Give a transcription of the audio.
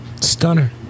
Stunner